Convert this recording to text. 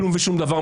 כלום ושום דבר,